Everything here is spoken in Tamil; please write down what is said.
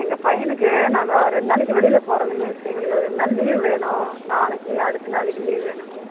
எங்கள் பையனுக்கு நாங்கள் ரெண்டு நாளைக்கு வெளியில் போகிறோங்க மிஸ் எங்களுக்கு ரெண்டு நாள் லீவு வேணும் நாளைக்கு அடுத்த நாளைக்கு லீவ் வேணும் மிஸ்